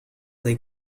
dai